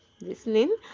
listening